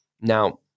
Now